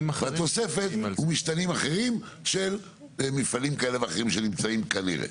והתוספת הוא משתנים אחרים של מפעלים כאלה ואחרים שנמצאים כנראה.